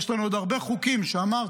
יש לנו עוד הרבה חוקים שאמרתי,